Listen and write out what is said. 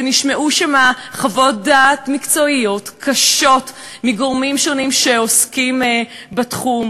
ונשמעו שם חוות דעת מקצועיות קשות מגורמים שונים שעוסקים בתחום,